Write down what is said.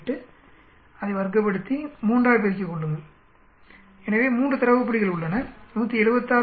8 அதை வர்க்கப்படுத்தி 3 ஆல் பெருக்கிக் கொள்ளுங்கள் ஏனெனில் 3 தரவு புள்ளிகள் உள்ளன 176